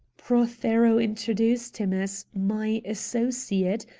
prothero introduced him as my associate,